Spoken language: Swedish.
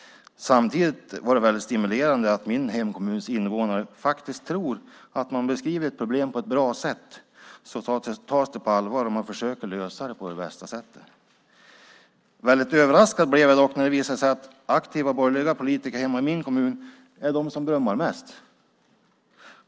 Samtidigt är det väldigt stimulerande att min hemkommuns invånare tror att om man på ett bra sätt beskriver ett problem tas det på allvar. Man försöker lösa problemet på bästa sätt. Väldigt överraskad blev jag dock när det visade sig att aktiva borgerliga politiker i min hemkommun är de som brummar mest.